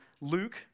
Luke